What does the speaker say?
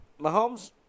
Mahomes